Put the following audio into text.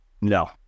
No